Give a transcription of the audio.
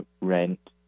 rent